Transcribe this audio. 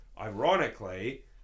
ironically